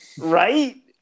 Right